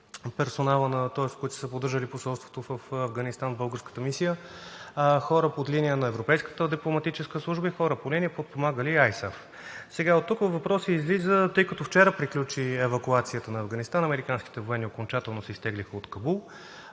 тъй като вчера приключи евакуацията на Афганистан и американските военни окончателно се изтеглиха от Кабул: